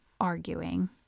arguing